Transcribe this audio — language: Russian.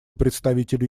представителю